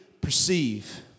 perceive